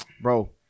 bro